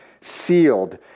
sealed